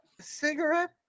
cigarette